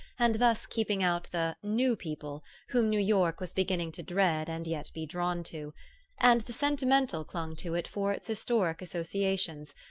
and thus keeping out the new people whom new york was beginning to dread and yet be drawn to and the sentimental clung to it for its historic associations,